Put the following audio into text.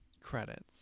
credits